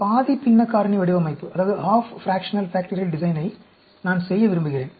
பாதி பின்ன காரணி வடிவமைப்பை நான் செய்ய விரும்புகிறேன்